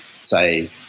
say